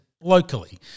locally